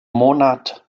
monat